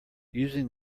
using